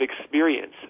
experience